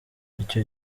icyo